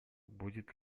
будет